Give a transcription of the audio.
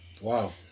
Wow